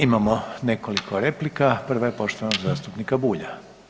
Imamo nekoliko replika, prva je poštovanog zastupnika Bulja.